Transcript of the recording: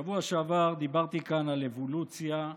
בשבוע שעבר דיברתי כאן על אבולוציה,